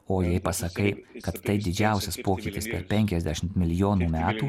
o jei pasakai kad tai didžiausias pokytis per penkiasdešimt milijonų metų